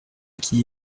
qui